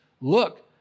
Look